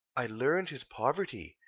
i learned his poverty,